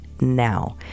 now